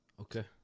Okay